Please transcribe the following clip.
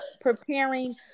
preparing